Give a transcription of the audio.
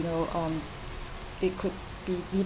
you know um it could be